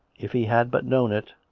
if he had but known it,